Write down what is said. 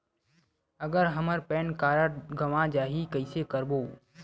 अगर हमर PAN card गवां जाही कइसे करबो?